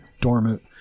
dormant